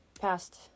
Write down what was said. past